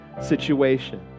situation